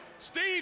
Steve